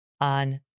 on